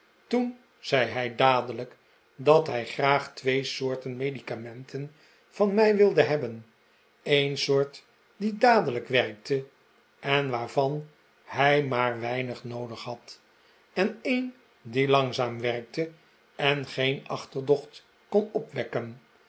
toen zei hij dadelijk dat hij graag twee soorten medicamenten van mij wilde hebben een soort die dadelijk werkte en waarvan hij maar weinig noodig had en een die langzaam werkte en geen achterdocht kon opwekken